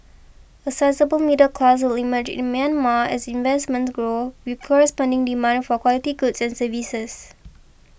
a sizeable middle class will emerge in Myanmar as investments grow with corresponding demand for quality goods and services